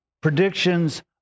predictions